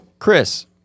Chris